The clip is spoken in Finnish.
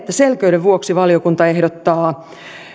selkeyden vuoksi ehdottaa